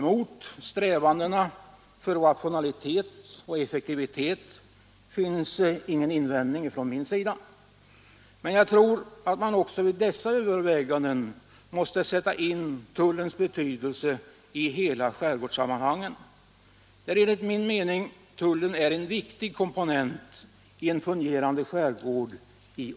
Mot strävandena efter rationalitet och effektivitet har jag ingen invändning, men jag tror att man vid dessa överväganden också måste beakta tullens betydelse i hela skärgårdssammanhanget. Enligt min mening är tullen en i olika avseenden viktig komponent i en fungerande skärgård.